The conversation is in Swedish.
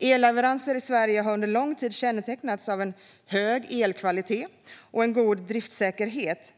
Elleveranser i Sverige har under lång tid kännetecknats av en hög elkvalitet och en god driftssäkerhet,